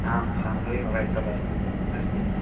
आं Shambhavi mobile shop अस् अस्ति